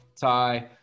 tie